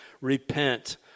Repent